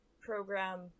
program